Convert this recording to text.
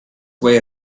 way